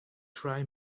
try